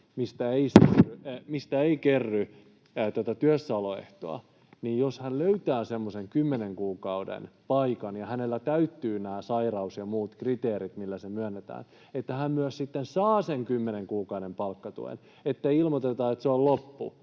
mistä ei kerry tätä työssäoloehtoa, niin jos hän löytää semmoisen kymmenen kuukauden paikan ja hänellä täyttyvät nämä sairaus- ja muut kriteerit, millä se myönnetään, niin hän myös sitten saisi sen kymmenen kuukauden palkkatuen, ettei ilmoiteta, että se on loppu,